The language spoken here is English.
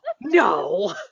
no